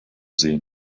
sehen